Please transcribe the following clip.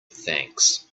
thanks